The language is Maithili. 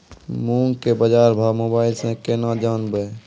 मूंग के बाजार भाव मोबाइल से के ना जान ब?